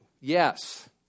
Yes